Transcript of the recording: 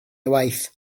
waith